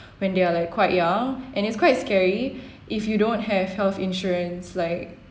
when they are like quite young and it's quite scary if you don't have health insurance like